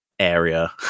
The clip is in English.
area